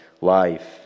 life